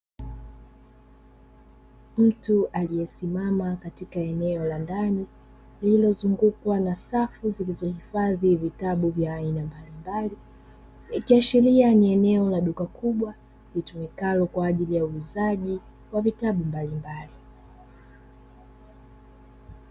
Mtu aliyesimama katika eneo la ndani, lililozungukwa na safu zilizohifadhi vitabu vya aina mbalimbali, likiashiria ni eneo la duka kubwa, litumikalo kwa ajili ya uuzaji wa vitabu mbalimbali.